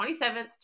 27th